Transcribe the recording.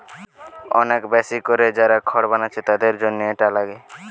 অনেক বেশি কোরে যারা খড় বানাচ্ছে তাদের জন্যে এটা লাগে